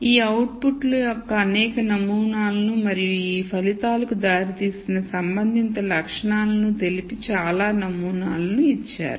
ఈ అవుట్పుట్ల యొక్క అనేక నమూనాలను మరియు ఈ ఫలితాలకు దారితీసిన సంబంధిత లక్షణాలను తెలిపి చాలా నమూనాలను ఇచ్చారు